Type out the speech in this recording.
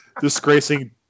Disgracing